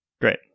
Great